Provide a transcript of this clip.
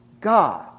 God